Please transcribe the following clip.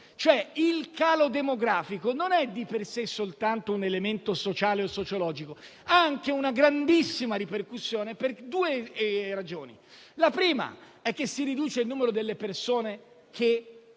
il calo demografico non è di per sé soltanto un elemento sociale o sociologico, ma ha anche una grandissima ripercussione per due ragioni: la prima è che si riduce il numero delle persone che